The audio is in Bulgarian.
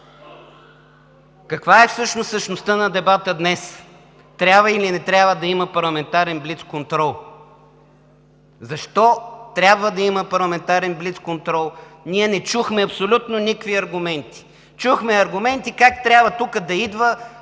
Каква е всъщност същността на дебата днес? Трябва или не трябва да има парламентарен блицконтрол? Защо трябва да има парламентарен блицконтрол? Ние не чухме абсолютно никакви аргументи. Чухме аргументи как трябва тук да идва